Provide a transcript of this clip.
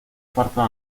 partos